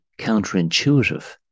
counterintuitive